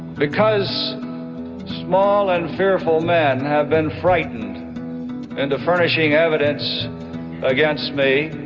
because small and fearful men have been frightened into furnishing evidence against me,